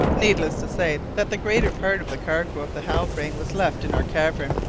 needless to say that the greater part of the cargo of the halbrane was left in our cavern,